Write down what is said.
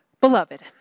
Beloved